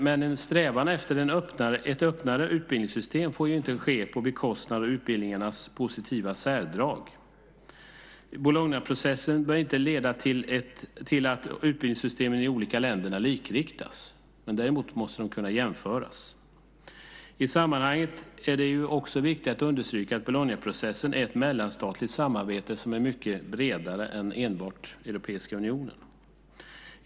Men en strävan efter ett öppnare utbildningssystem får inte ske på bekostnad av utbildningarnas positiva särdrag. Bolognaprocessen bör inte leda till att utbildningssystemen i de olika länderna likriktas. Däremot måste de kunna jämföras. I sammanhanget är det också viktigt att understryka att Bolognaprocessen är ett mellanstatligt samarbete som är mycket bredare än enbart i Europeiska unionen.